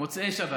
מוצאי שבת.